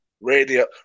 radio